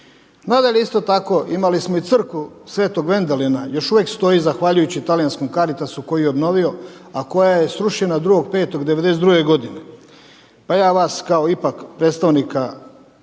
Nadalje isto tako imali smo i crkvu sv. Vendelina, još uvijek stoji zahvaljujući talijanskom Caritasu koji ju je obnovio, a koja je srušena 2.5.'92. godine. Pa ja vas kao ipak predstavnika